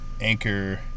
Anchor